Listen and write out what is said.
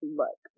look